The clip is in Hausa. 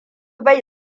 bai